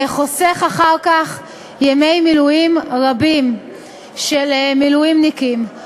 חוסך אחר כך ימי מילואים רבים של מילואימניקים.